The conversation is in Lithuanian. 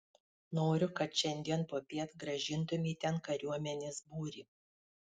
noriu kad šiandien popiet grąžintumei ten kariuomenės būrį